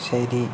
ശരി